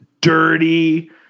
dirty